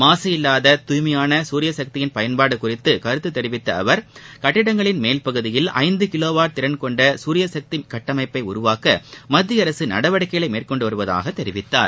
மாசு இல்லாத தூய்மையான சூரியசக்தியின் பயன்பாடு குறித்து கருத்து தெிவித்த அவர் கட்டிடங்களின் மேல்பகுதியில் ஐந்து கிலோவாட் திறன் கொண்ட சூரியசக்தி கட்டமைப்பை உருவாக்க மத்திய அரசு நடவடிக்கைகளை மேற்கொண்டு வருவதாக தெரிவித்தார்